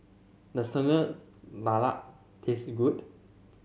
does Telur Dadah taste good